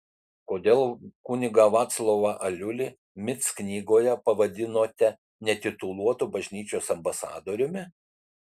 kodėl kunigą vaclovą aliulį mic knygoje pavadinote netituluotu bažnyčios ambasadoriumi